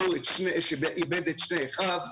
שאיבד את שני אחיו.